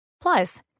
Plus